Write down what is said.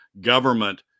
government